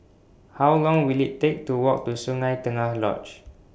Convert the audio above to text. How Long Will IT Take to Walk to Sungei Tengah Lodge